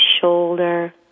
shoulder